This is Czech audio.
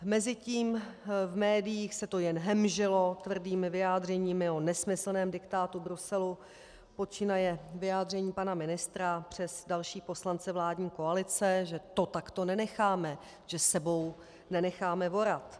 Mezitím v médiích se to jen hemžilo tvrdými vyjádřeními o nesmyslném diktátu Bruselu, počínaje vyjádřením pana ministra přes další poslance vládní koalice, že to takto nenecháme, že sebou nenecháme vorat.